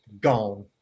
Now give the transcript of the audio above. gone